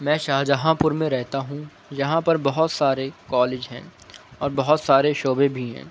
میں شاہجہاں پور میں رہتا ہوں یہاں پر بہت سارے کالج ہیں اور بہت سارے شعبے بھی ہیں